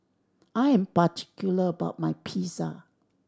I am particular about my Pizza